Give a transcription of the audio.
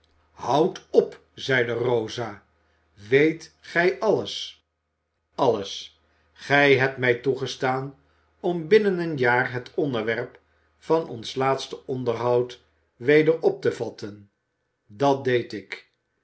houd op zeide rosa weet gij alles alles gij hebt mij toegestaan om binnen een jaar het onderwerp van ons laatste onderhoud weder op te vatten dat deed ik